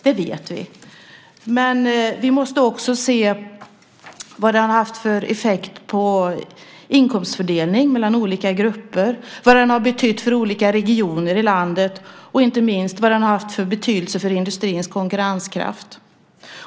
Det vet vi, men vi måste också se vad den har haft för effekt på inkomstfördelning mellan olika grupper, vad den har betytt för olika regioner i landet och inte minst vad den har haft för betydelse för industrins konkurrenskraft.